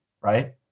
right